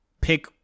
pick